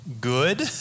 good